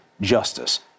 justice